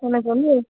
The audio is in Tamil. எனக்கு வந்து